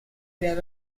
there